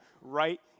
right